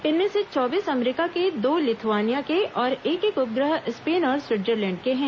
इनमें से चौबीस अमरीका के दो लिथूआनिया के और एक एक उपग्रह स्पेन और स्विटजरलैंड के हैं